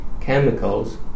chemicals